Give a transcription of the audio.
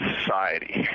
society